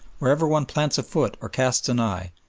wherever one plants a foot or casts an eye,